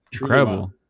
incredible